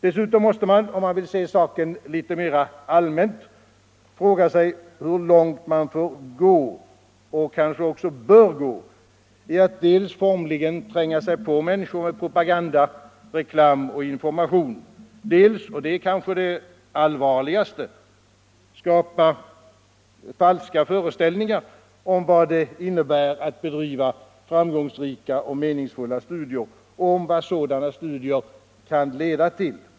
Dessutom måste man, om man vill se saken litet mer allmänt, fråga sig hur långt man får och bör gå i att 53 dels formligen tränga sig på människor med propaganda, reklam och information, dels — och det är kanske det allvarligaste — skapa kanske falska föreställningar om vad det innebär att bedriva framgångsrika och meningsfulla studier och om vad sådana studier kan leda till.